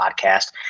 podcast